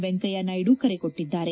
Venkaiah Naidu ಕರೆಕೊಟ್ಟಿದ್ದಾರೆ